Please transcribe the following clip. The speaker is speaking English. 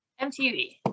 MTV